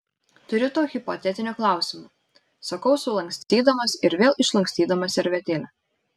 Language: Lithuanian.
turiu tau hipotetinį klausimą sakau sulankstydamas ir vėl išlankstydamas servetėlę